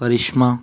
करिश्मा